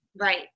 Right